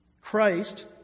Christ